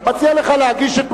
אני מציע לך להגיש את מועמדותך,